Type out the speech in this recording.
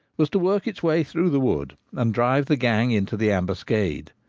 was to work its way through the wood and drive the gang into the ambuscade.